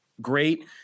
great